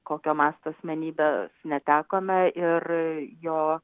kokio masto asmenybę netekome ir jo